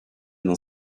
dans